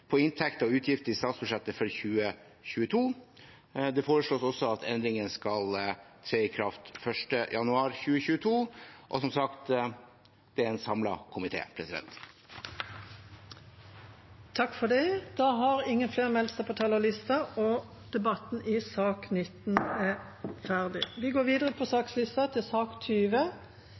på inntekter og utgifter i statsbudsjettet for 2022. Det foreslås også at endringene skal tre i kraft 1. januar 2022. Som sagt er det en samlet komité som stiller seg bak. Flere har